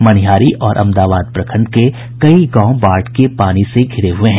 मनिहारी और अमदाबाद प्रखंड के कई गांव बाढ़ के पानी से घिरे हुये हैं